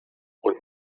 und